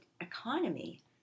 economy